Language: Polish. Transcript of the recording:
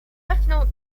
pewną